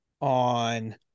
on